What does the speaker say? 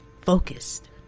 focused